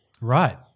Right